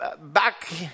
back